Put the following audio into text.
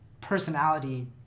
personality